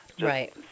Right